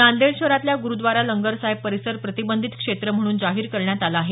नांदेड शहरातील ग्रुद्वारा लंगर साहेब परिसर प्रतिबंधित क्षेत्र म्हणून जाहीर करण्यात आला आहे